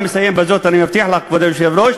אני מסיים בזאת, אני מבטיח לך, כבוד היושב-ראש.